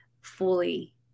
fully